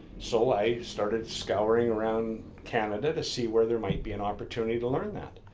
so i started scouring around canada to see where there might be an opportunity to learn that.